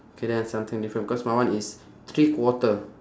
okay then something different because my one is three quarter